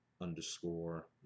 underscore